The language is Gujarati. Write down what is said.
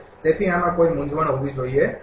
તેથી આમાં કોઈ મૂંઝવણ હોવી જોઈએ નહીં